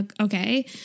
okay